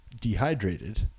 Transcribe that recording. dehydrated